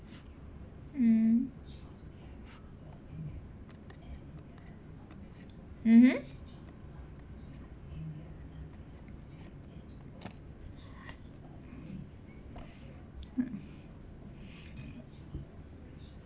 mm mmhmm